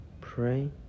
pray